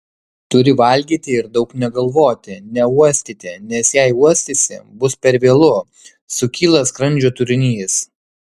turi valgyti ir daug negalvoti neuostyti nes jei uostysi bus per vėlu sukyla skrandžio turinys